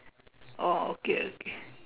oh okay okay